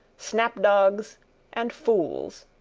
snap-dogs and fools.